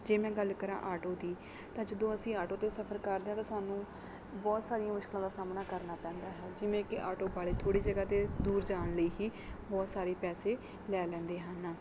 ਜੇ ਮੈਂ ਗੱਲ ਕਰਾਂ ਆਟੋ ਦੀ ਤਾਂ ਜਦੋਂ ਅਸੀਂ ਆਟੋ 'ਤੇ ਸਫ਼ਰ ਕਰਦੇ ਹਾਂ ਤਾਂ ਸਾਨੂੰ ਬਹੁਤ ਸਾਰੀਆਂ ਮੁਸ਼ਕਿਲਾਂ ਦਾ ਸਾਹਮਣਾ ਕਰਨਾ ਪੈਂਦਾ ਹੈ ਜਿਵੇਂ ਕਿ ਆਟੋ ਵਾਲੇ ਥੋੜ੍ਹੇ ਜਗ੍ਹਾ 'ਤੇ ਦੂਰ ਜਾਣ ਲਈ ਹੀ ਬਹੁਤ ਸਾਰੇ ਪੈਸੇ ਲੈ ਲੈਂਦੇ ਹਨ